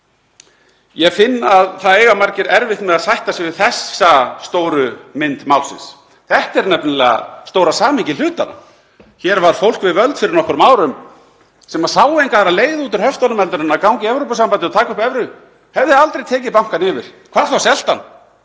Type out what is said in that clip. Ég finn að margir eiga erfitt með að sætta sig við þessa stóru mynd málsins. Þetta er nefnilega stóra samhengi hlutanna. Hér var fólk við völd fyrir nokkrum árum sem sá enga aðra leið út úr höftunum en að ganga í Evrópusambandið og taka upp evru og hefði aldrei tekið bankann yfir, hvað þá selt hann